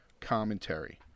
commentary